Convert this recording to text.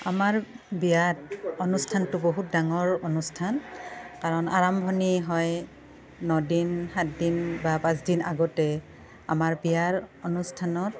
আমাৰ বিয়াত অনুষ্ঠানটো বহুত ডাঙৰ অনুষ্ঠান কাৰণ আৰম্ভণি হয় ন দিন সাতদিন বা পাঁচদিন আগতে আমাৰ বিয়াৰ অনুষ্ঠানত